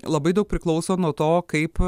labai daug priklauso nuo to kaip